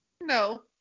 no